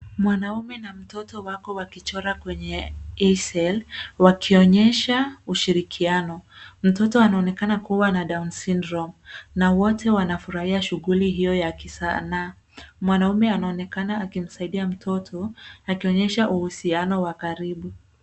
Mwanaume na mtoto wako wakichora kwenye eisel wakionyesha ushirikiano. Mtoto anaonekana kuwa na Down syndrome na wote wanafurahia shughuli hiyo ya kisanaa. Mwanaume anaonekana akimsaidia mtoto akionyesha uhusiano wa karibu.